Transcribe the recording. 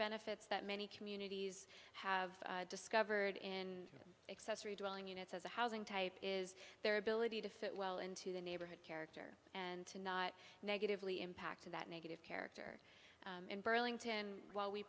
benefits that many communities have discovered in accessory dwelling units as a housing type is their ability to fit well into the neighborhood character and to not negatively impact of that negative character in burlington while we